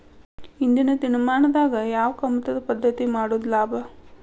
ಇಂದಿನ ದಿನಮಾನದಾಗ ಯಾವ ಕಮತದ ಪದ್ಧತಿ ಮಾಡುದ ಲಾಭ?